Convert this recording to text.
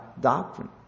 doctrine